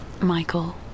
Michael